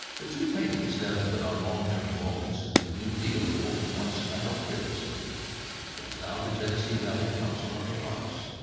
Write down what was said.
the two paintings have been on long-term loan since the new deal, to what was once a health care facility but is now the genesee valley council on the arts.